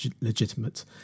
legitimate